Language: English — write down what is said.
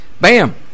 Bam